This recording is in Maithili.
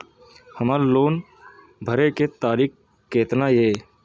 हमर लोन भरे के तारीख केतना ये?